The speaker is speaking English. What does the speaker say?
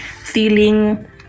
feeling